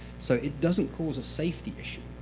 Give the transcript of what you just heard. so it doesn't cause a safety issue.